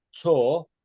tour